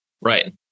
Right